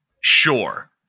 Sure